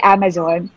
Amazon